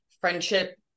friendship